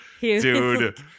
Dude